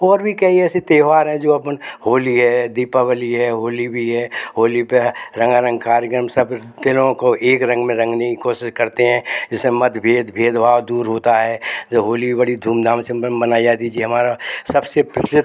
और भी कई ऐसी त्यौहार है जो अपन होली है दीपावली है होली भी है होली पे रंगारंग कार्यक्रम सब दिनों को एक रंग में रंगने की कोशिश करते हैं जिससे मतभेद भेदभाव दूर होता है जब होली बड़ी धूमधाम मनाई जाती है जे हमारा सबसे प्रचलित